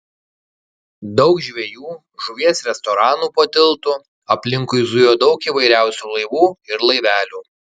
daug žvejų žuvies restoranų po tiltu aplinkui zujo daug įvairiausių laivų ir laivelių